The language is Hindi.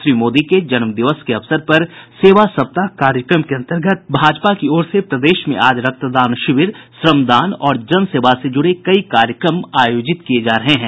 श्री मोदी के जन्मदिन के अवसर पर सेवा सप्ताह कार्यक्रम के अंतर्गत भाजपा की ओर से प्रदेश में आज रक्तदान शिविर श्रमदान और जनसेवा से जुड़े कई कार्यक्रम आयोजित किये जा रहे हैं